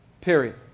Period